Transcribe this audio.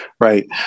Right